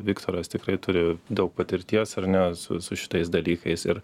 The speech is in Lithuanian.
viktoras tikrai turi daug patirties ar ne su su šitais dalykais ir